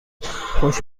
خوش